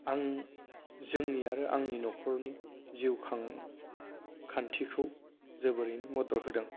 आं जोंनि आरो आंनि नखरनि जिउखां खान्थिखौ जोबोरैनो मदद होदों